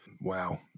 Wow